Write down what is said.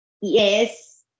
Yes